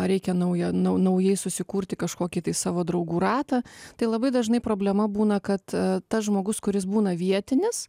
reikia naujo nau naujai susikurti kažkokį tai savo draugų ratą tai labai dažnai problema būna kad tas žmogus kuris būna vietinis